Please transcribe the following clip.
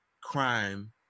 crime